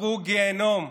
עברו גיהינום.